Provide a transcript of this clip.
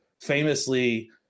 famously